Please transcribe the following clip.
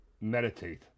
meditate